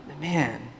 Man